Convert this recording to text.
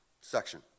section